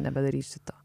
nebedarysiu to